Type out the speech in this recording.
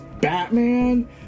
Batman